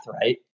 right